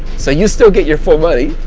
so, you still get your full money,